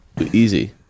Easy